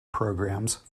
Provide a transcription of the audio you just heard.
programs